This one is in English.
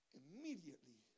immediately